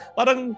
parang